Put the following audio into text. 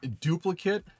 duplicate